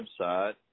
website